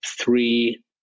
three